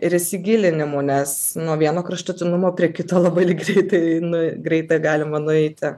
ir įsigilinimu nes nuo vieno kraštutinumo prie kito labai greitai nu greitai galima nueiti